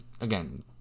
again